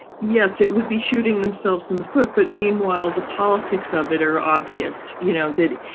yes, it would be shooting themselves in the foot. but meanwhile, the politics of it are obvious. you know that.